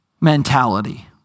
mentality